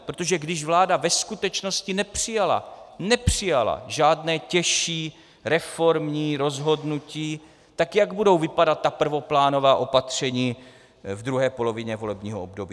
Protože když vláda ve skutečnosti nepřijala, nepřijala žádné těžší reformní rozhodnutí, tak jak budou vypadat ta prvoplánová opatření v druhé polovině volebního období?